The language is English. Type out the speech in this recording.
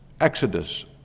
Exodus